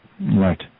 Right